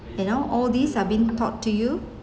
you know all these are been taught to you